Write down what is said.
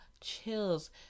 chills